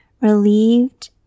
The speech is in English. relieved